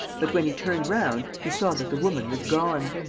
but, when he turned round, he saw that the woman was gone.